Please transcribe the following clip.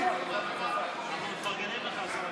למה את מחוקקת אותו?